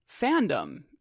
fandom